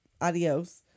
Adios